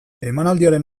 emanaldiaren